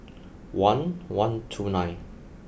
one one two nine